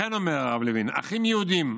לכן, אומר הרב לוין, "אחים יהודים,